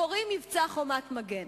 קוראים מבצע "חומת מגן".